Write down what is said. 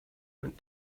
went